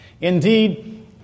Indeed